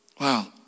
Wow